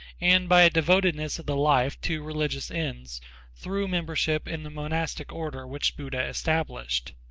and by a devotedness of the life to religious ends through membership in the monastic order which buddha established.